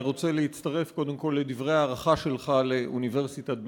אני רוצה להצטרף קודם כול לדברי ההערכה שלך לאוניברסיטת בן-גוריון.